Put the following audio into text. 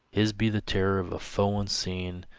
his be the terror of a foe unseen,